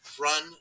run